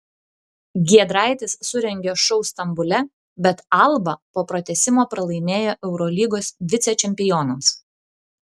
giedraitis surengė šou stambule bet alba po pratęsimo pralaimėjo eurolygos vicečempionams